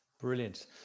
brilliant